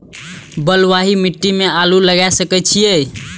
बलवाही मिट्टी में आलू लागय सके छीये?